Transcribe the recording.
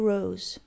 Rose